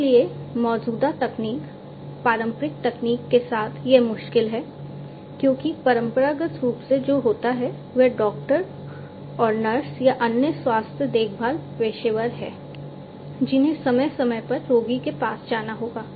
इसलिए मौजूदा तकनीक पारंपरिक तकनीक के साथ यह मुश्किल है क्योंकि परंपरागत रूप से जो होता है वह डॉक्टर और नर्स या अन्य स्वास्थ्य देखभाल पेशेवर हैं जिन्हें समय समय पर रोगी के पास जाना होगा